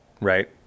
Right